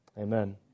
Amen